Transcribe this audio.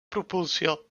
propulsió